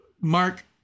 Mark